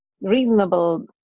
reasonable